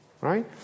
right